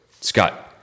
Scott